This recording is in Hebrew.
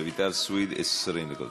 רויטל סויד, 20 דקות.